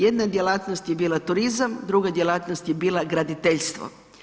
Jedna djelatnost je bila turizam, druga djelatnost je bila graditeljstvo.